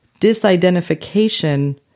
disidentification